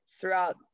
throughout